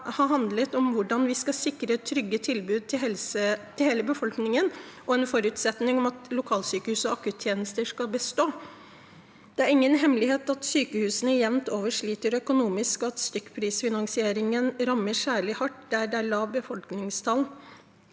ha handlet om hvordan vi skal sikre trygge tilbud til hele befolkningen, med en forutsetning om at lokalsykehus og akuttjenester skal bestå? Det er ingen hemmelighet at sykehusene jevnt over sliter økonomisk, og at stykkprisfinansieringen rammer særlig hardt der det er lave befolkningstall